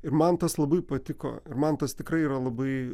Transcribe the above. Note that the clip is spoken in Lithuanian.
ir man tas labai patiko ir man tas tikrai yra labai